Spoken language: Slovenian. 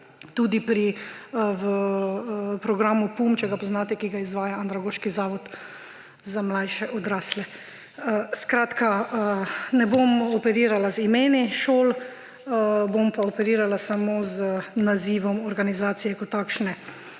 Tudi pri programu PUM–O, če ga poznate, ki ga izvaja Andragoški zavod za mlajše odrasle. Skratka, ne bom operirala z imeni šol, bom pa operirala samo z nazivom organizacije kot takšne.